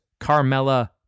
Carmella